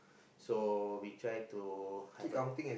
so we try to have a